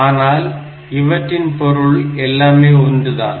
ஆனால் இவற்றின் பொருள் எல்லாமே ஒன்றுதான்